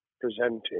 presenting